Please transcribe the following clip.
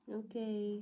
okay